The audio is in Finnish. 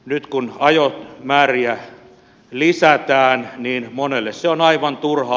nyt kun ajomääriä lisätään niin monelle se on aivan turhaa